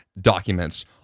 documents